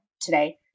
today